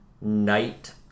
night